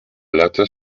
latter